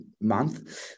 month